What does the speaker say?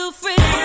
free